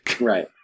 Right